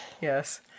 yes